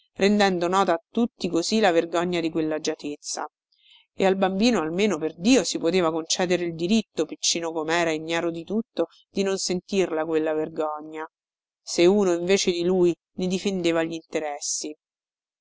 rendendo nota a tutti così la vergogna di quellagiatezza e al bambino almeno perdio si poteva concedere il diritto piccino comera e ignaro di tutto di non sentirla quella vergogna se uno invece di lui ne difendeva glinteressi